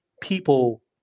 people